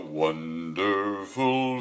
wonderful